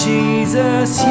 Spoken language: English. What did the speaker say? Jesus